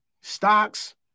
Stocks